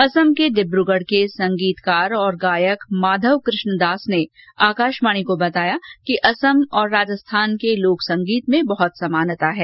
असम के डिब्रगढ़ के संगीतकार और गायक माधव कृष्ण दास ने आकाशवाणी को बताया कि असम और राजस्थान के लोक संगीत में बहुत समानता है